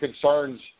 concerns